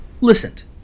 listened